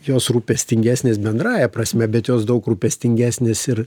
jos rūpestingesnės bendrąja prasme bet jos daug rūpestingesnis ir